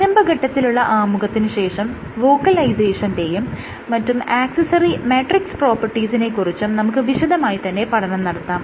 പ്രാരംഭ ഘട്ടത്തിലുള്ള ആമുഖത്തിന് ശേഷം വോക്കലൈസേഷന്റെയും മറ്റും ആക്സസറി മെട്രിക്സ് പ്രോപ്പർടീസിനെ കുറിച്ചും നമുക്ക് വിശദമായി തന്നെ പഠനം നടത്താം